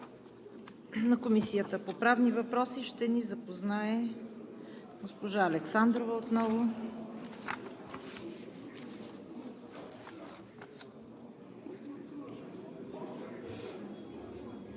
на Комисията по правни въпроси ще ни запознае госпожа Александрова.